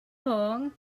pong